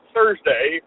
Thursday